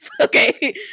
okay